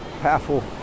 powerful